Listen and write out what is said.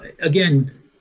again